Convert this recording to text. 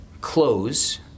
close